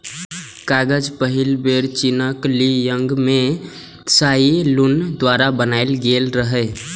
कागज पहिल बेर चीनक ली यांग मे त्साई लुन द्वारा बनाएल गेल रहै